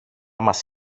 μας